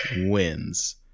wins